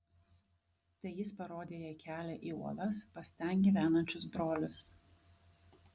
tai jis parodė jai kelią į uolas pas ten gyvenančius brolius